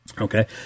Okay